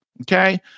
Okay